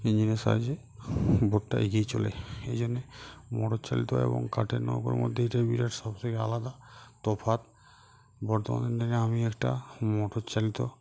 ইঞ্জিনের সাহায্যে বোটটা এগিয়ে চলে এই জন্যে মোটর চালিত এবং কাঠের নৌকোর মধ্যে এটাই বিরাট সবথেকে আলাদা তফাত বর্তমান দিনে আমি একটা মোটর চালিত